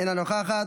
אינה נוכחת,